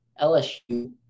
LSU